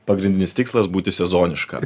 pagrindinis tikslas būti sezoniška